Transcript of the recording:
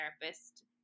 therapist